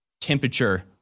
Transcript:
temperature